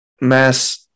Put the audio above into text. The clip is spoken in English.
mass